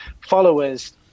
followers